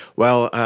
well,